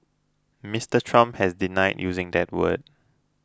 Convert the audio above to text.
Mister Trump has denied using that word